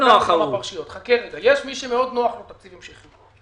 יש מי שמאוד נוח לו תקציב המשכי.